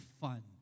fun